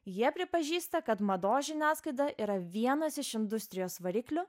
jie pripažįsta kad mados žiniasklaida yra vienas iš industrijos variklių